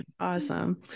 Awesome